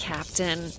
Captain